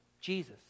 Jesus